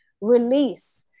release